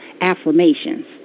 affirmations